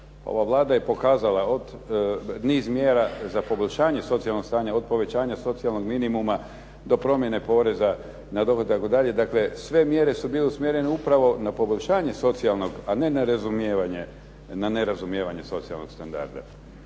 Ova Vlada je pokazala niz mjera za poboljšanje socijalnog stanja, od povećanja socijalnog minimuma do promjene poreza da dohodak itd. Dakle sve mjere su bile usmjerene upravo na poboljšanje socijalnog, a ne na nerazumijevanje socijalnog standarda.